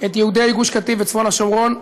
את יהודי גוש קטיף וצפון השומרון,